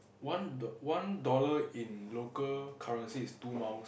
one do~ one dollar in local currency is two miles